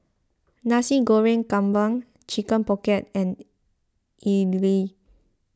Nasi Goreng Kampung Chicken Pocket and Idly